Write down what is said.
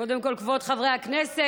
קודם כול, כבוד חברי הכנסת,